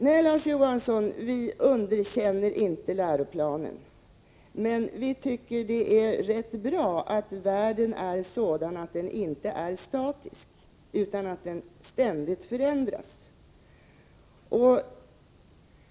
Nej, Larz Johansson, vi underkänner inte läroplanen, men vi tycker att det är rätt bra att världen inte äre statisk utan ständigt förändras.